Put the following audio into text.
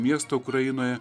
miestą ukrainoje